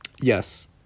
Yes